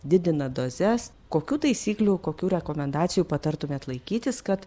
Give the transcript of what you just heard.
didina dozes kokių taisyklių kokių rekomendacijų patartumėt laikytis kad